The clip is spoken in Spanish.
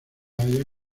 haya